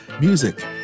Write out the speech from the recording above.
music